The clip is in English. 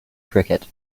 cricket